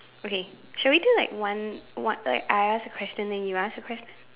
okay should we do like one one like I ask a question then you ask a question